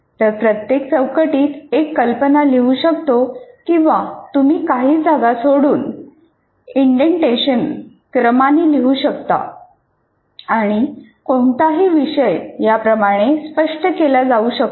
तर प्रत्येक चौकटीत एक कल्पना लिहू शकतो किंवा तुम्ही काही जागा सोडून क्रमाने लिहू शकता आणि कोणताही विषय याप्रमाणे स्पष्ट केला जाऊ शकतो